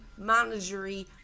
managery